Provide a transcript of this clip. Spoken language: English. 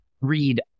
read